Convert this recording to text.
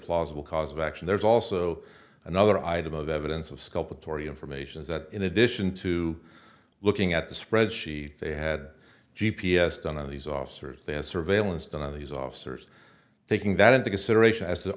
plausible cause of action there's also another item of evidence of scalp authority information that in addition to looking at the spreadsheet they had g p s done of these officers they had surveillance done of these officers taking that into consideration as the